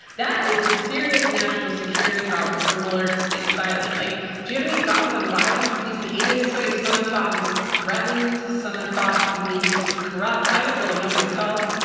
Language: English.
that is a serious national security problem for mueller to stay silent. like do you have any thoughts on why he's behaving this way? some have thought he's threatened. some thought he maybe is corrupt. i don't really know myself.